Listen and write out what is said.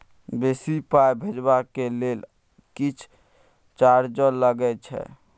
बेसी पाई भेजबाक लेल किछ चार्जो लागे छै?